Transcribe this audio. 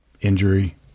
injury